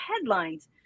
headlines